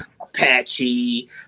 Apache